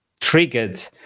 Triggered